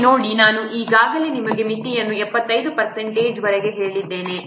ಇಲ್ಲಿ ನೋಡಿ ನಾನು ಈಗಾಗಲೇ ನಿಮಗೆ ಮಿತಿಯನ್ನು 75 ಪರ್ಸೆಂಟೇಜ್ವರೆಗೆ ಹೇಳಿದ್ದೇನೆ